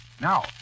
Now